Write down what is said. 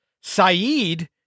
Saeed